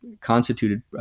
constituted